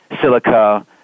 silica